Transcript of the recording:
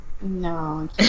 No